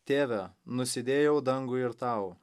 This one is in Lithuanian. tėve nusidėjau dangui ir tau